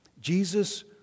Jesus